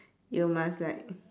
you must like